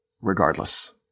regardless